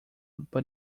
but